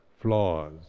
flaws